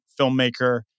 filmmaker